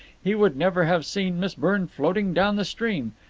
he would never have seen miss byrne floating down the stream,